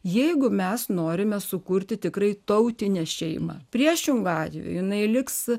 jeigu mes norime sukurti tikrai tautinę šeimą priešingu atveju jinai liks